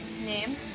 name